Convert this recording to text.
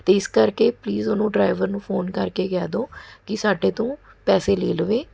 ਅਤੇ ਇਸ ਕਰਕੇ ਪਲੀਜ਼ ਉਹਨੂੰ ਡਰਾਈਵਰ ਨੂੰ ਫੋਨ ਕਰਕੇ ਕਹਿ ਦਿਓ ਕਿ ਸਾਡੇ ਤੋਂ ਪੈਸੇ ਲੈ ਲਵੇ